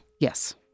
Yes